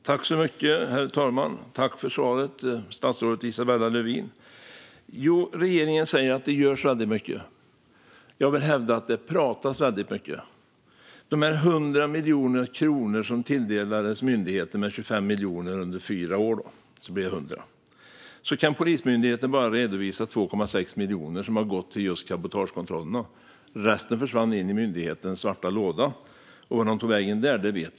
Herr talman! Regeringen säger att det görs väldigt mycket. Jag vill hävda att det pratas väldigt mycket. Av de 100 miljoner kronor som Polismyndigheten tilldelades - 25 miljoner under fyra år blir 100 miljoner - kan man bara redovisa 2,6 miljoner som har gått till just cabotagekontroller. Resten försvann in i myndighetens svarta låda, och vart de tog vägen där vet vi inte.